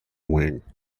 wing